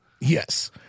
Yes